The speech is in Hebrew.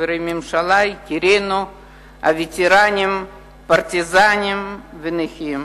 חברי ממשלה, יקירינו הווטרנים, פרטיזנים ונכים,